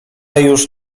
już